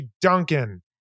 Duncan